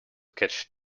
catch